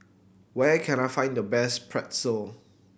where can I find the best Pretzel